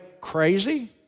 crazy